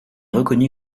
reconnu